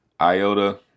IOTA